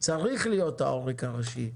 צריך להיות העורק הראשי,